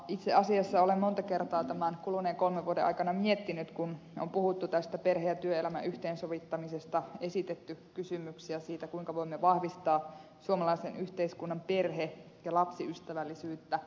itse asiassa olen monta kertaa kuluneiden kolmen vuoden aikana miettinyt ja ainakin edustajana minulta on kysytty monta kertaa onko suomi todella ja onko poliittinen koneisto perhe ja lapsiystävällinen kun on puhuttu perhe ja työelämän yhteensovittamisesta ja esitetty kysymyksiä siitä kuinka voimme vahvistaa suomalaisen yhteiskunnan perhe ja lapsiystävällisyyttä